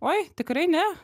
oi tikrai ne